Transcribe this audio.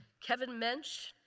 kevin mensch,